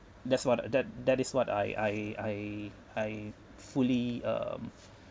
that's what that that is what I I I I fully um